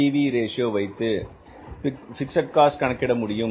B V ratio PV Ratio வைத்து fixed cost கணக்கிட முடியும்